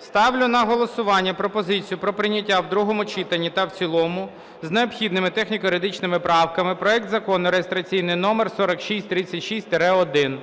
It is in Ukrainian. Ставлю на голосування пропозицію про прийняття в другому читанні та в цілому з необхідними техніко-юридичними правками проект Закону реєстраційний номер 4636-1.